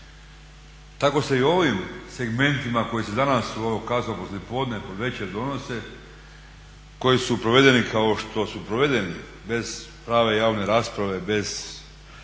Tako se i u ovim segmentima koji se danas u ovo kasno poslije podne, predvečer donose, koji su provedeni kao što su provedeni bez prave javne rasprave, bez